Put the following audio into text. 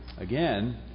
Again